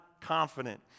confident